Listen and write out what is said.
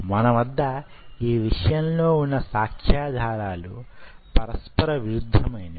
మన వద్ద యీ విషయంలో వున్న సాక్ష్యాధారాలు పరస్పర విరుద్ధమైనవి